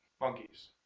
Monkeys